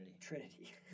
Trinity